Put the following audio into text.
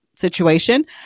situation